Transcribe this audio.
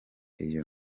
iyo